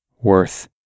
worth